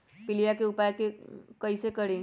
पीलिया के उपाय कई से करी?